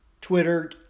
Twitter